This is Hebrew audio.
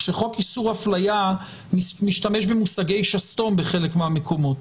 כשחוק איסור הפליה משתמש במושגי שסתום בחלק מהמקומות,